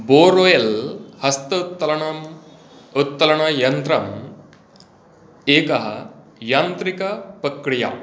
borewell हस्तोत्तलनम् उत्तलनयन्त्रं एकः यान्त्रिकप्रक्रिया